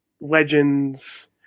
legends